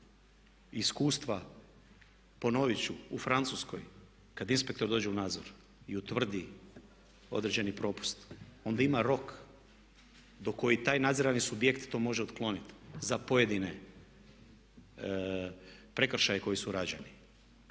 iskustva. Ponovit ću, u Francuskoj kad inspektor dođe u nadzor i utvrdi određeni propust onda ima rok do kojeg taj nadzirani subjekt to može otkloniti za pojedine prekršaje koji su rađeni.